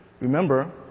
Remember